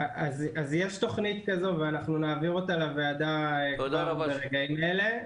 יש תוכנית כזו ואנחנו נעביר אותה לוועדה כבר ברגעים אלה.